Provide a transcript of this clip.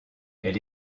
elle